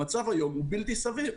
המצב היום הוא בלתי סביר.